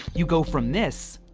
you go from this,